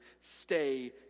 stay